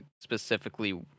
specifically